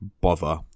bother